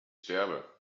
sterbe